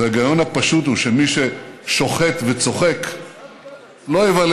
וההיגיון הפשוט הוא שמי ששוחט וצוחק לא יבלה